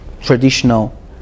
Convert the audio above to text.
traditional